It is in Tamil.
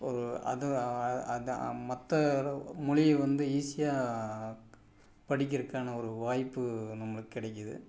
ஒரு அது அதான் மற்ற மொழிய வந்து ஈஸியாக படிக்கிறதுக்கான ஒரு வாய்ப்பு நம்மளுக்கு கிடைக்கிது